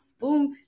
boom